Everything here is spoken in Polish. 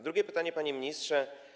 Drugie pytanie, panie ministrze.